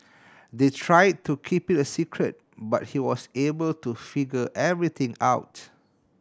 they tried to keep it a secret but he was able to figure everything out